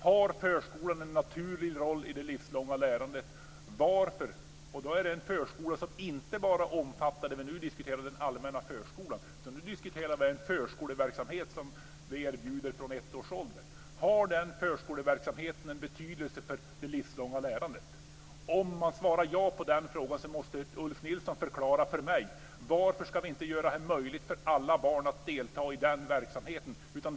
Har förskolan en naturlig roll i det livslånga lärandet? Då är det en förskola som inte bara omfattar det vi nu diskuterar, alltså den allmänna förskolan, utan då diskuterar vi en förskoleverksamhet som vi erbjuder från ett års ålder. Har den förskoleverksamheten en betydelse för det livslångs lärandet? Om Ulf Nilsson svarar ja på den frågan måste han förklara för mig varför vi inte ska göra det möjligt för alla barn att delta i den verksamheten.